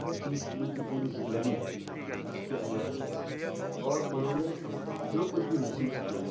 ہر چیز کی ان کی پوری زندگی اس کے اندر ہے اور انہوں نے جو کچھ بھی محسوس کیا